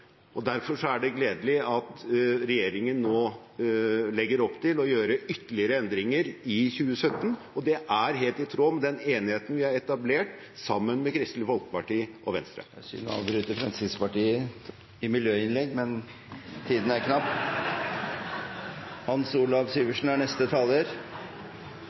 er det gledelig at regjeringen nå legger opp til å gjøre ytterligere endringer i 2017, og det er helt i tråd med den enigheten vi har etablert sammen med Kristelig Folkeparti og Venstre. Det er synd å avbryte Fremskrittspartiet i miljøinnlegg, men tiden er knapp.